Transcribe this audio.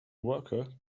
worker